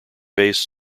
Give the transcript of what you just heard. based